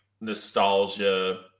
nostalgia